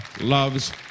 loves